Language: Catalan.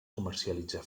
comercialitza